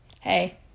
Hey